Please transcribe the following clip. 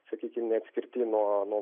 sakykim neatskirti nuo nuo